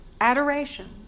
adoration